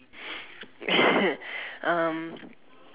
um